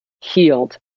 healed